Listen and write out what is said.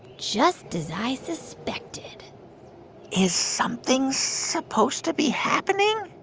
just as i suspected is something supposed to be happening?